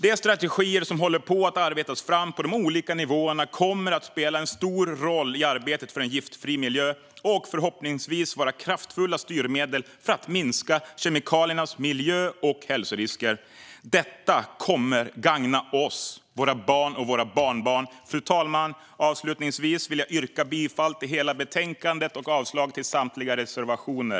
De strategier som håller på att arbetas fram på de olika nivåerna kommer att spela en stor roll i arbetet för en giftfri miljö och förhoppningsvis vara kraftfulla styrmedel för att minska kemikaliernas miljö och hälsorisker. Detta kommer att gagna oss, våra barn och våra barnbarn. Fru talman! Avslutningsvis yrkar jag bifall till förslaget i betänkandet och avslag på samtliga reservationer.